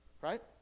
Right